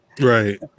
Right